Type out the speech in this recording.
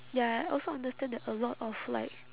ya also understand that a lot of like